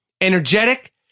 energetic